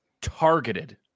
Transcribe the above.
targeted